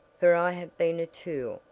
for i have been a tool,